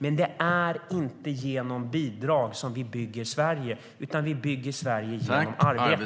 Men det är inte genom bidrag vi bygger Sverige, utan vi bygger Sverige genom arbete.